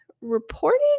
reporting